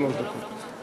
שלוש דקות.